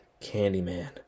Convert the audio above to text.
Candyman